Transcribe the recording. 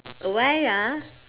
oh why ah